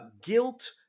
guilt